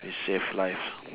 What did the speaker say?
we save lives